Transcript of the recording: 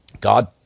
God